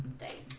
the